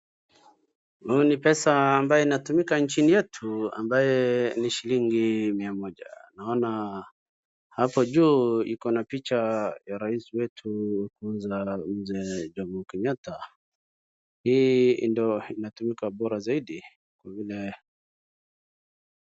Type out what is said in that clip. Huu ni pesa ambaye anatumika nchini yetu ambaye ni shilingi mia moja. Naona hapo juu ikona picha ya rais wetu mzee Jomo Kenyatta. Hii ndio inatumika bora zaidi kwa vile.